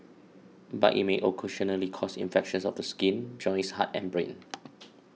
but it may occasionally cause infections of the skin joints heart and brain